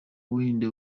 buhinde